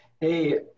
Hey